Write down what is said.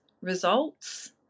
results